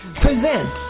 presents